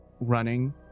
running